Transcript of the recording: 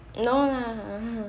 no lah